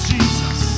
Jesus